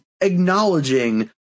acknowledging